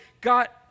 got